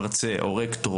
לא ייתכן שמרצה או רקטור,